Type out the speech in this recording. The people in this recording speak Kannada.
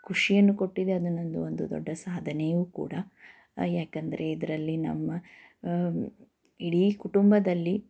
ಖುಷಿಯನ್ನು ಕೊಟ್ಟಿದೆ ಅದು ನನ್ನದು ಒಂದು ದೊಡ್ಡ ಸಾಧನೆಯೂ ಕೂಡ ಯಾಕಂದರೆ ಇದರಲ್ಲಿ ನಮ್ಮ ಇಡೀ ಕುಟುಂಬದಲ್ಲಿ